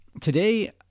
Today